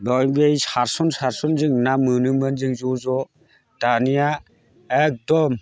बहाय बै सारसन सारसन जों ना मोनोमोन जों ज' ज' दानिया एखदम